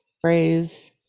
phrase